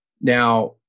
Now